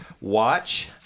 watch